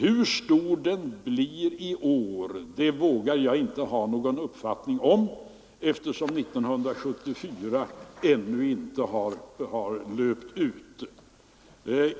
Hur stor den blir i år vågar jag inte ha någon uppfattning om, eftersom 1974 ännu inte har löpt ut.